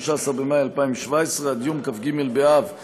15 במאי 2017, עד יום כ"ג באב התשע"ז,